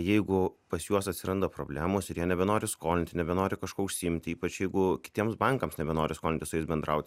jeigu pas juos atsiranda problemos ir jie nebenori skolinti nebenori kažkuo užsiimti ypač jeigu kitiems bankams nebenori skolinti su jais bendrauti